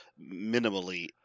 minimally